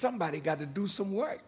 somebody's got to do some work